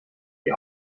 die